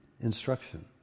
instruction